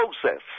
process